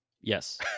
Yes